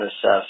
assess